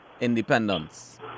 independence